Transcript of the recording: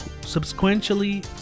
subsequently